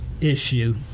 issue